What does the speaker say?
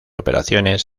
operaciones